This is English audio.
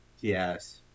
Yes